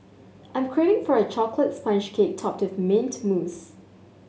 I'm craving for a chocolate sponge cake topped with mint mousse